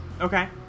Okay